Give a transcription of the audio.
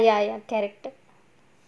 ya ya ya character